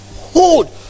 hold